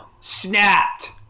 Snapped